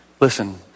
Listen